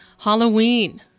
Halloween